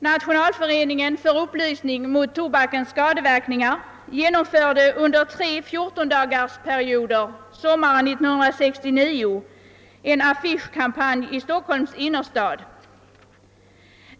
Nationalföreningen för upplysning om tobakens skadeverkningar genomförde under tre fjortondagarsperioder sommaren 1969 en affischkampanj i Stockholms innerstad.